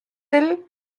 hill